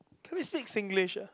can't we speak Singlish ah